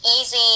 easy